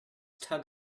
tug